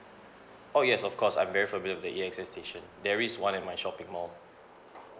oh yes of course I'm very familiar with the A_X_S station there is one in my shopping mall